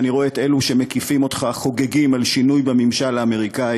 שאני רואה את אלה שמקיפים אותך חוגגים על שינוי בממשל האמריקני.